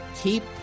keep